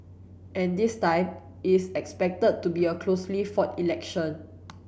and this time is expected to be a closely fought election